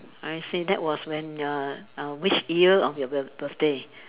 I see that was when uh uh which year of your bir~ birthday